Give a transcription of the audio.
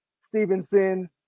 Stevenson